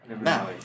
now